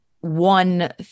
one